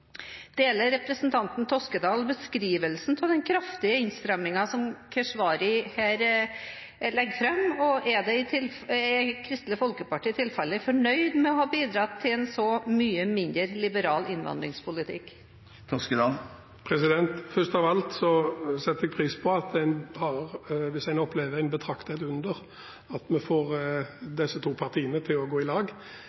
Deler representanten Toskedal beskrivelsen av den kraftige innstrammingen som Keshvari her legger fram, og er Kristelig Folkeparti i tilfelle fornøyd med å ha bidratt til en så mye mindre liberal innvandringspolitikk? Først av alt setter jeg pris på det hvis en betrakter det som et under at vi får